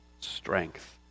strength